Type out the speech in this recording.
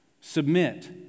submit